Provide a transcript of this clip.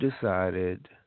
decided